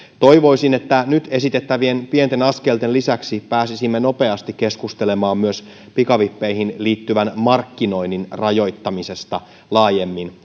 toivoisin että nyt esitettävien pienten askelten lisäksi pääsisimme nopeasti keskustelemaan myös pikavippeihin liittyvän markkinoinnin rajoittamisesta laajemmin